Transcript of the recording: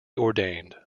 ordained